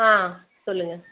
ஆ சொல்லுங்கள்